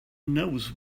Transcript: knows